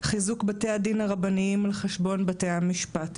חיזוק בתי הדין הרבניים על חשבון בתי המשפט,